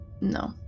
No